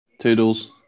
Toodles